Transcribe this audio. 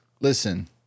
Listen